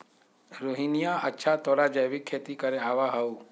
रोहिणीया, अच्छा तोरा जैविक खेती करे आवा हाउ?